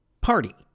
Party